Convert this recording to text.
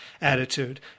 attitude